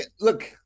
look